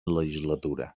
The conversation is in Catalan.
legislatura